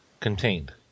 contained